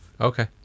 Okay